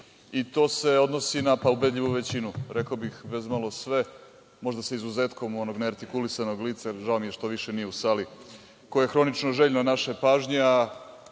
i to se odnosi na ubedljivu većinu, rekao bih bezmalo sve, možda sa izuzetkom onog neartikulisanog lica, žao mi je što više nije u sali, koji je hronično željan naše pažnje,